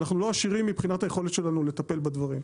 ואנחנו לא עשירים מבחינת היכולת שלנו לטפל בדברים,